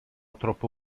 troppo